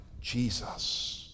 Jesus